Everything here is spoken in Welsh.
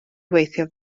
weithio